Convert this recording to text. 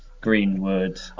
Greenwood